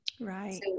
Right